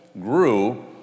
grew